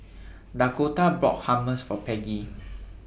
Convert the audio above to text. Dakotah bought Hummus For Peggy